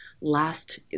last